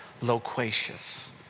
loquacious